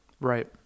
Right